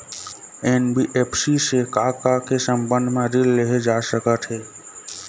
NBFC से का का के संबंध म ऋण लेहे जा सकत हे?